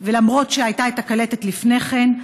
למרות שהייתה קלטת לפני כן.